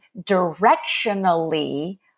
directionally